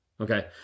okay